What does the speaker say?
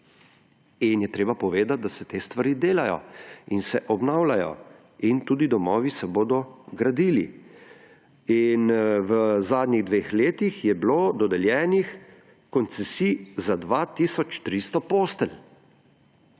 Treba je povedati, da se te stvari delajo in se obnavljajo in tudi domovi se bodo gradili in v zadnjih dveh letih je bilo dodeljenih koncesij za 2 tisoč 300 postelj